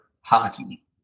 hockey